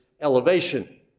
elevation